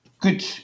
Good